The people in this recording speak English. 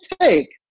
take